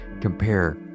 compare